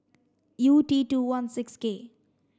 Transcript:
U T two one six K